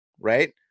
Right